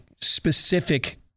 specific